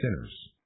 sinners